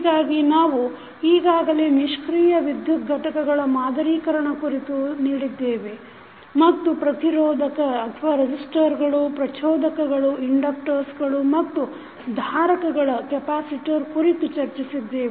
ಹೀಗಾಗಿ ನಾವು ಈಗಾಗಲೇ ನಿಷ್ಕ್ರಿಯ ವಿದ್ಯುತ್ ಘಟಕಗಳ ಮಾದರೀಕರಣ ಕುರಿತು ನೀಡಿದ್ದೇವೆ ಮತ್ತು ಪ್ರತಿರೋಧಕಗಳು ಪ್ರಚೋದಕಗಳು ಮತ್ತು ಧಾರಕಗಳ ಕುರಿತು ಚರ್ಚಿಸಿದ್ದೇವೆ